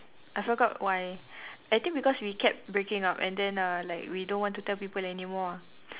I forgot why I think because we kept breaking up and then uh like we don't want to tell people anymore ah